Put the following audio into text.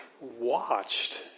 watched